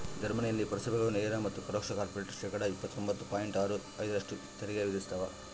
ಜರ್ಮನಿಯಲ್ಲಿ ಪುರಸಭೆಗಳು ನೇರ ಮತ್ತು ಪರೋಕ್ಷ ಕಾರ್ಪೊರೇಟ್ ಶೇಕಡಾ ಇಪ್ಪತ್ತೊಂಬತ್ತು ಪಾಯಿಂಟ್ ಆರು ಐದರಷ್ಟು ತೆರಿಗೆ ವಿಧಿಸ್ತವ